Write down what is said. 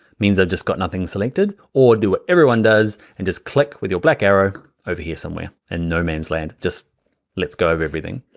means i've just got nothing selected, or do what everyone does and just click with your black arrow over here somewhere in and no man's land, just lets go of everything.